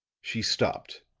she stopped,